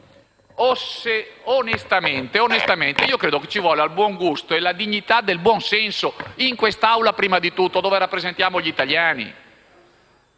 Onestamente io credo che ci voglia il buon gusto e la dignità del buonsenso, in quest'Aula prima di tutto, dove rappresentiamo gli italiani.